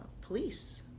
police